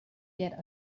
get